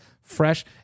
fresh